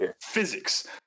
Physics